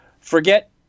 forget